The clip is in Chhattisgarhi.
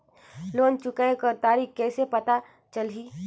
लोन चुकाय कर तारीक कइसे पता चलही?